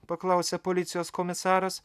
paklausė policijos komisaras